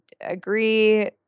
agree